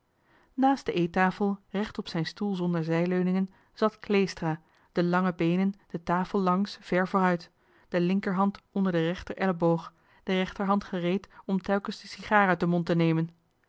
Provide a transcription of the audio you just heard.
naast de eettafel recht op zijn stoel zonder zijleuningen zat kleestra de lange beenen de tafel langs ver vooruit de linkerhand onder den rechter elleboog de rechterhand gereed om telkens de sigaar uit den mond te nemen